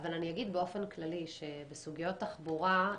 אבל אני אגיד באופן כללי שבסוגיות תחבורה,